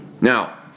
Now